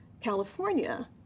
California